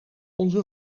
onze